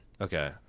okay